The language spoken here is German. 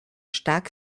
stark